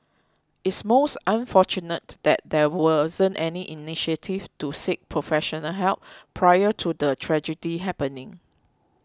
it's most unfortunate that there wasn't any initiative to seek professional help prior to the tragedy happening